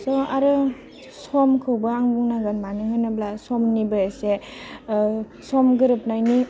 स' आरो समखौबो आं बुंनांगोन मानो होनोब्ला समनिबो एसे सम गोरोबनायनि